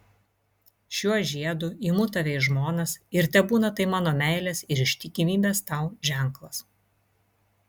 šiuo žiedu imu tave į žmonas ir tebūna tai mano meilės ir ištikimybės tau ženklas